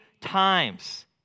times